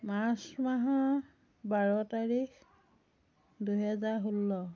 March মাহৰ বাৰ তাৰিখ দুহেজাৰ ষোল্ল